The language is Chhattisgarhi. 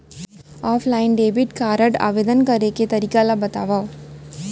ऑफलाइन डेबिट कारड आवेदन करे के तरीका ल बतावव?